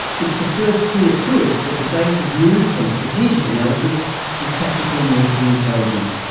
it's the first clear proof that the base has moved from strategic analysis to tactical military intelligence,